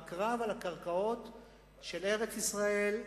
בקרב על הקרקעות של ארץ-ישראל,